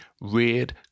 reared